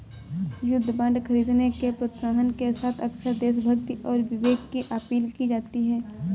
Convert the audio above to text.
युद्ध बांड खरीदने के प्रोत्साहन के साथ अक्सर देशभक्ति और विवेक की अपील की जाती है